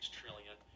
trillion